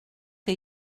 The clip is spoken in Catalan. que